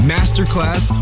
Masterclass